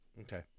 okay